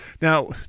Now